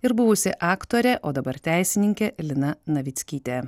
ir buvusi aktorė o dabar teisininkė lina navickyte